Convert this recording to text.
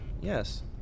Yes